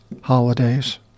holidays